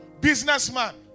Businessman